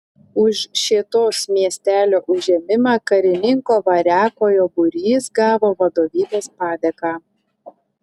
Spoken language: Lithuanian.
už šėtos miestelio užėmimą karininko variakojo būrys gavo vadovybės padėką